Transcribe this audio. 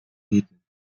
bieten